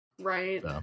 right